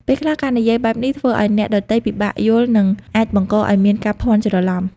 ពេលខ្លះ ការនិយាយបែបនេះធ្វើឱ្យអ្នកដទៃពិបាកយល់និងអាចបង្កឱ្យមានការភ័ន្តច្រឡំ។